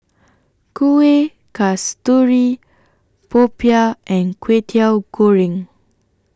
Kuih Kasturi Popiah and Kway Teow Goreng